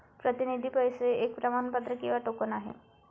प्रतिनिधी पैसे एक प्रमाणपत्र किंवा टोकन आहे